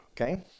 okay